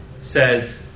says